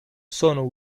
sono